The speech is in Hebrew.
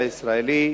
הישראלי,